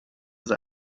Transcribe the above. sei